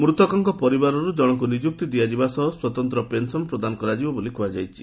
ମୃତକଙ୍କ ପରିବାରରୁ ଜଣକୁ ନିଯୁକ୍ତି ଦିଆଯିବା ସହ ସ୍ପତନ୍ତ୍ର ପେନ୍ସନ୍ ପ୍ରଦାନ କରାଯିବ ବୋଲି କୁହାଯାଇଛି